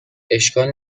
اشکال